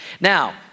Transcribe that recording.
Now